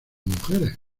mujeres